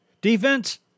defense